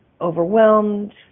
overwhelmed